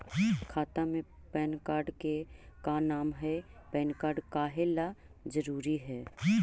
खाता में PAN card के का काम है पैन कार्ड काहे ला जरूरी है?